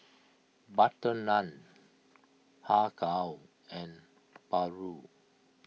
Butter Naan Har Kow and Paru